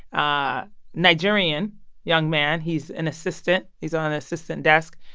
a nigerian young man he's an assistant. he's on an assistant desk.